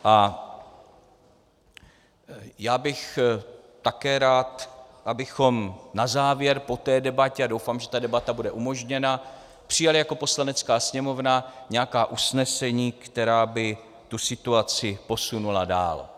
A také bych rád, abychom na závěr po té debatě, a doufám, že debata bude umožněna, přijali jako Poslanecká sněmovna nějaká usnesení, která by tu situaci posunula dál.